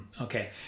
Okay